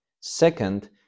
second